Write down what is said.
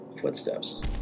footsteps